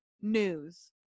news